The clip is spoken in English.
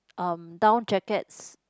um down jackets